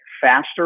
faster